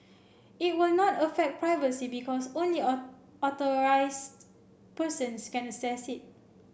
it will not affect privacy because only authorised persons can access it